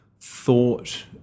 thought